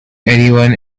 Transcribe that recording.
anyone